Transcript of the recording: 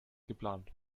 geplant